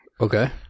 Okay